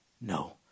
No